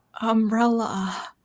umbrella